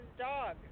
dog